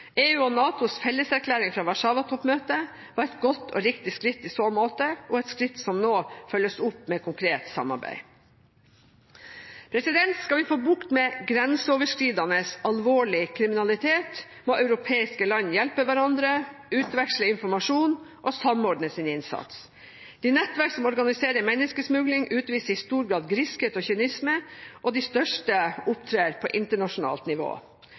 EU og NATOs felleserklæring fra Warszawa-toppmøtet var et godt og riktig skritt i så måte – et skritt som nå følges opp med konkret samarbeid. Skal vi få bukt med grenseoverskridende alvorlig kriminalitet, må europeiske land hjelpe hverandre, utveksle informasjon og samordne sin innsats. De nettverk som organiserer menneskesmugling, utviser i stor grad griskhet og kynisme, og de største opptrer på internasjonalt nivå.